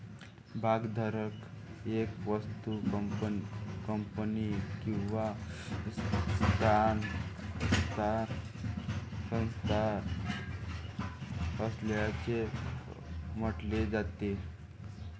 भागधारक एक व्यक्ती, कंपनी किंवा संस्था असल्याचे म्हटले जाते